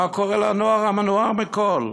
מה קורה לנוער, המנוער מכול?